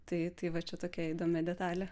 tai tai va čia tokia įdomi detalė